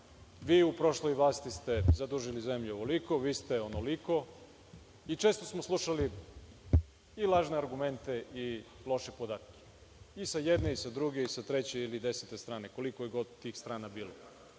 vi u prošloj Vladi ste zadužili zemlju ovoliko, vi ste onoliko? Često smo slušali lažne argumente i loše podatke i sa jedne, i sa druge, i sa treće strane ili desete strane, koliko je god tih strana